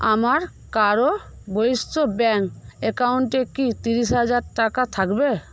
আমার কারুর বৈশ্য ব্যাঙ্ক অ্যাকাউন্টে কি তিরিশ হাজার টাকা থাকবে